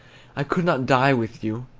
i could not die with you,